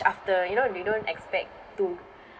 after you know you don't expect to